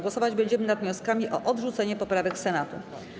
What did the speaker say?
Głosować będziemy nad wnioskami o odrzucenie poprawek Senatu.